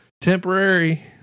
temporary